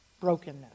brokenness